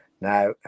Now